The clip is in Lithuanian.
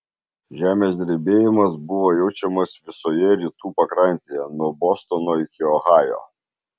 žemės drebėjimas buvo jaučiamas visoje rytų pakrantėje nuo bostono iki ohajo